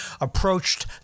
approached